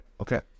okay